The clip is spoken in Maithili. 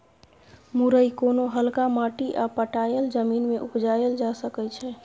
मुरय कोनो हल्का माटि आ पटाएल जमीन मे उपजाएल जा सकै छै